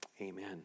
Amen